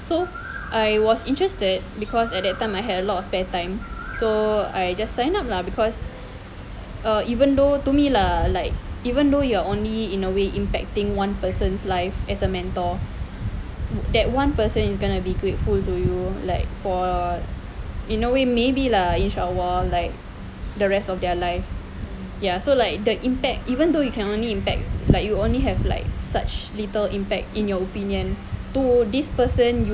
so I was interested because at that time I had a lot of spare time so I just sign up lah because err even though to me lah like even though you are only in a way impacting one person's life as a mentor that one person is gonna be grateful to you like for in a way maybe lah inshallah like for the rest of their life ya so like the impact even though you can only impact like you only have like such little impact in your opinion to this person